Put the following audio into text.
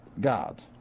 God